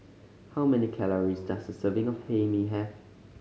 how many calories does a serving of Hae Mee have